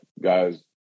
guys